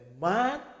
man